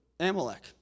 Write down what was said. Amalek